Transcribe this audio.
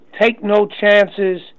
take-no-chances